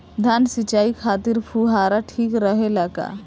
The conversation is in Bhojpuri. धान सिंचाई खातिर फुहारा ठीक रहे ला का?